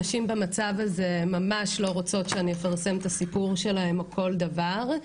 נשים במצב הזה ממש לא רוצות שאני אפרסם את הסיפור שלהן או כל דבר,